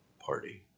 party